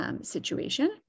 situation